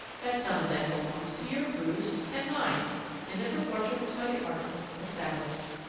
that sum then belongs to your crews and mine in the proportions by the articles established.